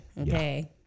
okay